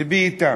לבי אתם,